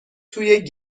توی